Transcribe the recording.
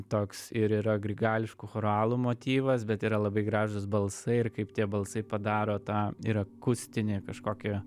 toks ir yra grigališko choralo motyvas bet yra labai gražūs balsai ir kaip tie balsai padaro tą ir akustinį kažkokį